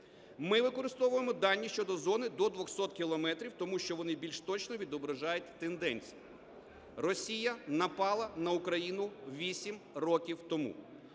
Ми використовуємо дані щодо зони до 200 кілометрів, тому що вони більш точно відображають тенденцію. Росія напала на Україну 8 років тому.